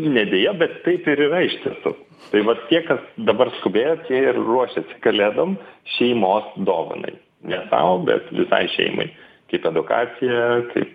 ne beje bet taip ir yra iš tiesų tai vat tie kas dabar skubėjo tie ir ruošiasi kalėdom šeimos dovanai ne sau bet visai šeimai kaip edukaciją kaip